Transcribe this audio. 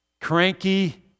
cranky